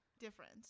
different